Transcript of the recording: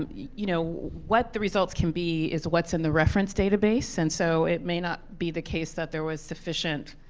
um you know, what the results can be is what's in the reference data base. and so it may not be the case that there was sufficient,